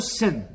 sin